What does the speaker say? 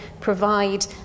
provide